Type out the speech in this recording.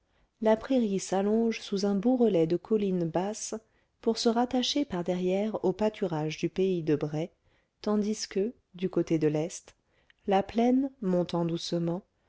la prairie s'allonge sous un bourrelet de collines basses pour se rattacher par derrière aux pâturages du pays de bray tandis que du côté de l'est la plaine montant doucement